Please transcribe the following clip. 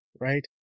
right